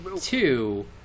two